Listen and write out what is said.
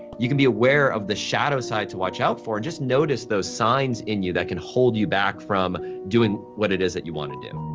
you can be aware of the shadow side to watch out for and just notice those signs in you that can hold you back from doing what it is that you want to do.